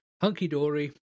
Hunky-dory